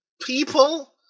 People